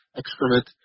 excrement